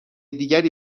دیگری